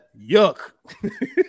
Yuck